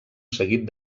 seguit